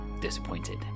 disappointed